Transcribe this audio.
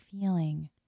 feeling